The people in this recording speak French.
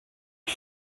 lui